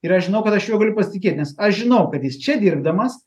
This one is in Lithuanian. ir aš žinau kad aš juo galiu pasitikėt nes aš žinau kad jis čia dirbdamas